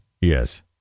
Yes